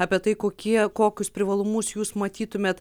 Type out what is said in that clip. apie tai kokie kokius privalumus jūs matytumėt